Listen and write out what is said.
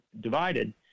divided